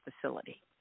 facility